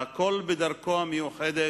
והכול בדרכו המיוחדת,